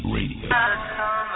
Radio